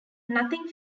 nothing